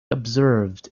observed